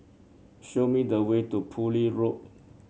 show me the way to Poole Road